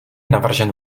navržen